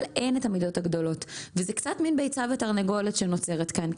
אין את המידות הגדולות וזה קצת מן ביצה ותרנגולת שנוצרת כאן,